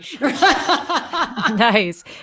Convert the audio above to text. Nice